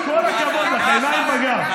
יש לה עיניים בגב.